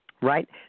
Right